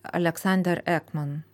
aleksander ekman